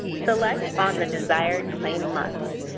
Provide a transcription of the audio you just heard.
select on the desired claim month.